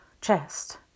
chest